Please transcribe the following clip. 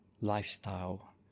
lifestyle